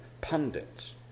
pundits